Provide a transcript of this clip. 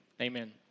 Amen